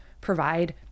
provide